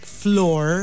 floor